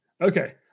Okay